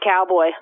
Cowboy